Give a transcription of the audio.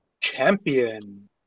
Champion